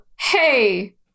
hey